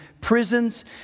prisons